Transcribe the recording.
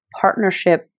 partnership